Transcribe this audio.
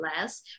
less